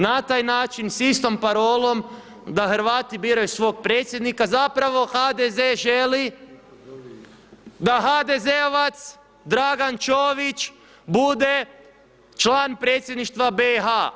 Na taj način s istom parolom da Hrvati biraju svog predsjednika zapravo HDZ-a želi da Hadezeovac Dragan Čović bude član Predsjedništva BiH.